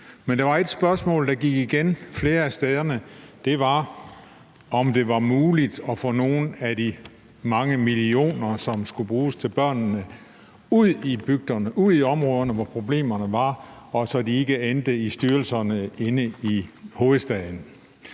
Men der var et spørgsmål, der gik igen flere af stederne, og det var, om det var muligt at få nogle af de mange millioner kroner, som skulle bruges til børnene, ud i bygderne, ud i områderne, hvor problemerne er, så de ikke endte i styrelserne inde i hovedstaden.